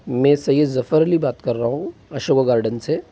मैं सैयद जफ़र अली बात कर रहा हूँ अशोका गार्डन से